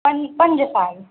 पंज पंज साल